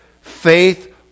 faith